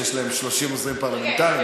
שיש להם 30 עוזרים פרלמנטריים.